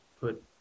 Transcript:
put